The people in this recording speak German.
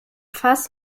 fass